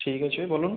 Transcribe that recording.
ঠিক আছে বলুন